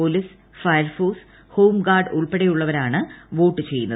police fire force home guard ഉൾപ്പെടെയുള്ളവരാണ് vote ചെയ്യുന്നത്